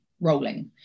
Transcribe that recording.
Rolling